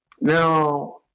Now